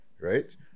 Right